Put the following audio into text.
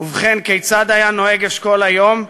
ובכן, כיצד היה נוהג אשכול היום?